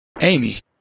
Amy